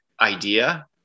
idea